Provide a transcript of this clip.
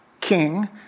king